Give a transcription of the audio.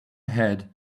head